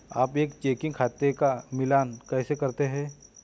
आप एक चेकिंग खाते का मिलान कैसे करते हैं?